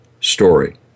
story